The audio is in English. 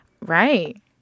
Right